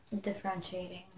Differentiating